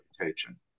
reputation